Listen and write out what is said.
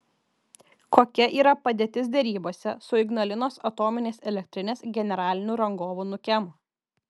kokia yra padėtis derybose su ignalinos atominės elektrinės generaliniu rangovu nukem